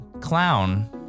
clown